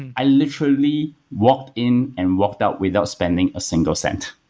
and i literally walked in and walked out without spending a single cent.